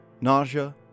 nausea